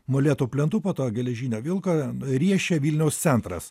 molėtų plentu po to geležinio vilko riešė vilniaus centras